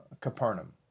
Capernaum